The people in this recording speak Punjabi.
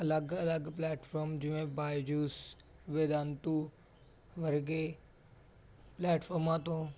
ਅਲੱਗ ਅਲੱਗ ਪਲੇਟਫਾਰਮ ਜਿਵੇਂ ਬਾਏਜੂਸ ਵਿਦੰਤੂ ਵਰਗੇ ਪਲੈਟਫਾਰਮਾਂ ਤੋਂ